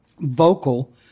vocal